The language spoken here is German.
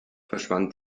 verschwand